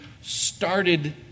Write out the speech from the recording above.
started